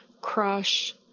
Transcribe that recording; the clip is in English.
crush